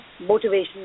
motivation